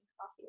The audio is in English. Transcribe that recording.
coffee